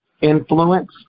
influence